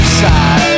side